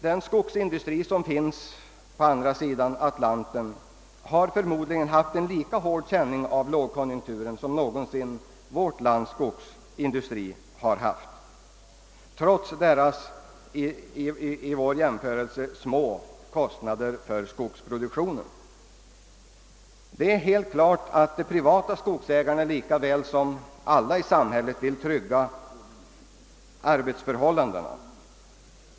Den skogsindustri som finns på andra sidan Atlanten har förmodligen haft en lika hård känning av lågkonjunkturen som någonsin vårt lands skogsindustri har haft, trots att man i USA och Cana da haft jämförelsevis små kostnader för skogsproduktionen. Vårt lands skogsbruk har emellertid stått sig bra i konkurrensen trots skogsvårdsoch reproduktionskostnader.